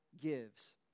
gives